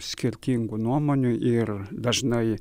skirtingų nuomonių ir dažnai